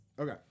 Okay